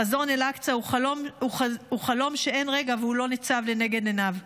חזון אל-אקצא הוא חלום שאין רגע שהוא לא ניצב לנגד עיניו.